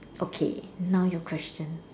okay now your question